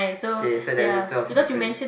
okay so there's a twelve difference